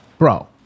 Bro